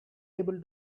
able